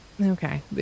Okay